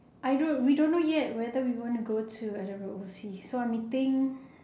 I don't we don't know yet whether we want to go to adam road will see so I'm meeting